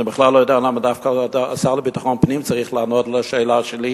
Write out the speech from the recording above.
אני בכלל לא יודע למה דווקא השר לביטחון פנים צריך לענות על ההצעה שלי.